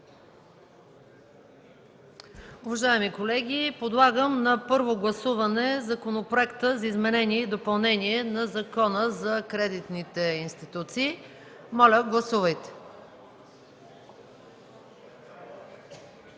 Уважаеми колеги, подлагам на първо гласуване Законопроекта за изменение и допълнение на Закона за кредитните институции. Гласували